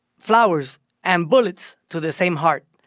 flowers and bullets to the same heart.